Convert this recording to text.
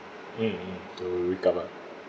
mmhmm to recover